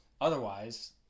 Otherwise